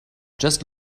just